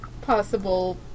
possible